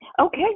Okay